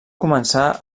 començar